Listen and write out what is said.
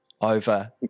over